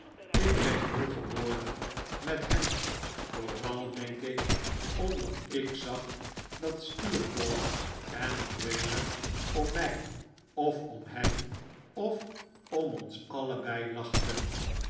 ik kreeg hooge woorden met hem vooral denk ik omdat ik zag dat steerforth en grainger om mij of om hem of om ons allebei lachten